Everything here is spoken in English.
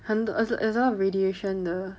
很很很 absorb radiation 的